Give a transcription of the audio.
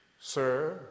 Sir